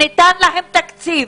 שניתן להם תקציב,